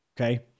okay